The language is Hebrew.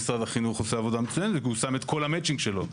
משרד החינוך עושה עבודה מצוינת כי הוא שם את כל המצ'ינג שלו.